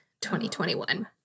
2021